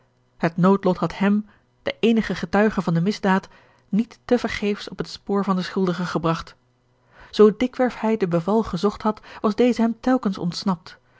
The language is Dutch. het noodlot had hem den eenigen getuige van de misdaad niet te vergeefs op het spoor van den schuldige gebragt zoo dikwerf hij de beval gezocht had was deze hem telkens ontsnapt